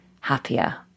happier